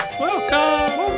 Welcome